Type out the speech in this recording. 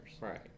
Right